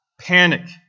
panic